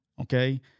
okay